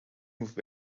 move